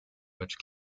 which